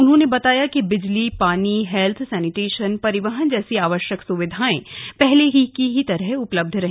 उन्होंने बताया कि बिजली पानी हेल्थ सेनिटेशन परिवहन जैसी आवश्यक स्विधाएं पहले की तरह ही उपलब्ध हैं